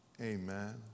Amen